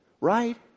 right